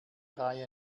reihe